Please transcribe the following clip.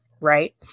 right